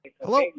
Hello